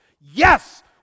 yes